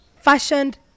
fashioned